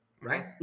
right